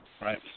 right